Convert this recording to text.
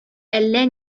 әллә